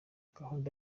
gahunda